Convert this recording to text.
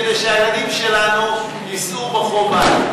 כדי שהילדים שלנו יישאו בחוב בעתיד.